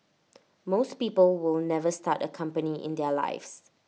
most people will never start A company in their lives